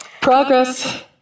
Progress